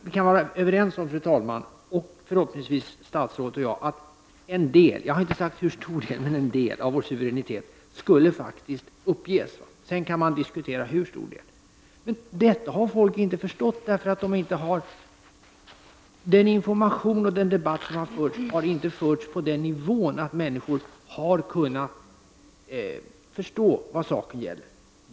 Vi kan väl, fru talman, och förhoppningsvis även statsrådet, vara överens om att en del — jag har inte sagt hur stor del — av vår suveränitet faktiskt skulle uppges om Sverige blev medlem i EG. Sedan kan man diskutera hur stor del av suveräniteten som skulle uppges. Detta har folk emellertid inte förstått, eftersom informationen och debatten om denna fråga inte har legat på en nivå som gjort det möjligt för människor att förstå vad saken gäller.